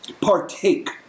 partake